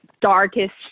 darkest